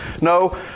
No